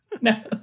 No